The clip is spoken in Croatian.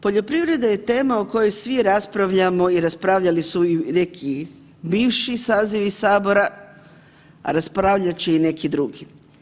Poljoprivreda je tema o kojoj svi raspravljamo i raspravljali su i neki bivši sazivi sabora, a raspravljat će i neki drugi.